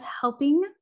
helping